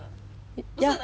yup